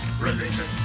religion